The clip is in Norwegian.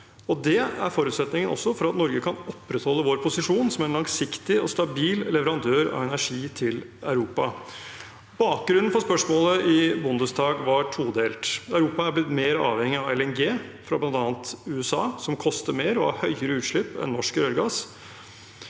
Det er også forutsetningen for at Norge kan opprettholde sin posisjon som en langsiktig og stabil leverandør av energi til Europa. Bakgrunnen for spørsmålet i Bundestag var todelt. Europa er blitt mer avhengig av LNG fra bl.a. USA, som koster mer og har høyere utslipp enn norsk rørgass.